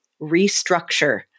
restructure